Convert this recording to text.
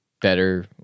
better